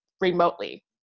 remotely